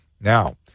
Now